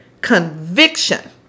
conviction